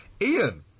Ian